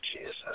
jesus